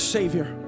Savior